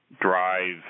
drive